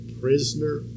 prisoner